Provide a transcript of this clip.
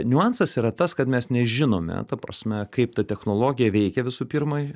niuansas yra tas kad mes nežinome ta prasme kaip ta technologija veikia visų pirma